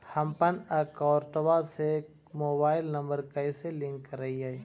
हमपन अकौउतवा से मोबाईल नंबर कैसे लिंक करैइय?